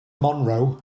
monroe